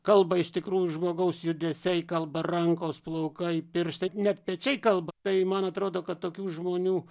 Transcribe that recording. kalba iš tikrųjų žmogaus judesiai kalba rankos plaukai pirštai net pečiai kalba tai man atrodo kad tokių žmonių